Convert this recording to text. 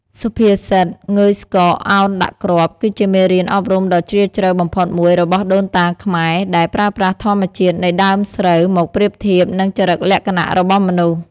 សុភាសិត «ងើយស្កក ឱនដាក់គ្រាប់» គឺជាមេរៀនអប់រំដ៏ជ្រាលជ្រៅបំផុតមួយរបស់ដូនតាខ្មែរ ដែលប្រើប្រាស់ធម្មជាតិនៃដើមស្រូវមកប្រៀបធៀបនឹងចរិតលក្ខណៈរបស់មនុស្ស។